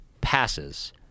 passes